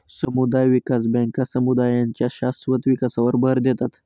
समुदाय विकास बँका समुदायांच्या शाश्वत विकासावर भर देतात